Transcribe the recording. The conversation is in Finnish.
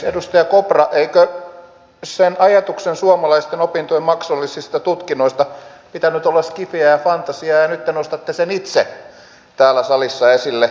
edustaja kopra eikö sen ajatuksen suomalaisten opintojen maksullisista tutkinnoista pitänyt olla scifiä ja fantasiaa ja nyt te nostatte sen itse täällä salissa esille